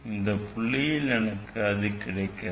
இந்த புள்ளியில் எனக்கு அது கிடைக்கிறது